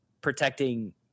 protecting